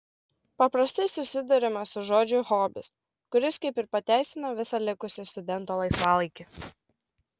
paprastai susiduriama su žodžiu hobis kuris kaip ir pateisina visą likusį studento laisvalaikį